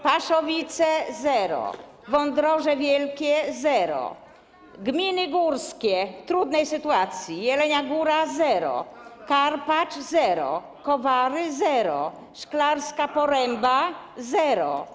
Paszowice - zero, Wądroże Wielkie - zero, gminy górskie, będące w trudnej sytuacji, Jelenia Góra - zero, Karpacz - zero, Kowary - zero, Szklarska Poręba - zero.